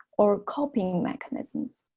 or coping mechanisms